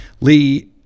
Lee